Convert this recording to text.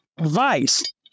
vice